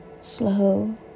slow